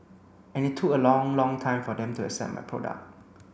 and it look a long long time for them to accept my product